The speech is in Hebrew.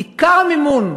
עיקר המימון,